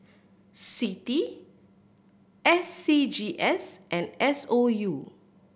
CITI S C G S and S O U